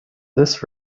this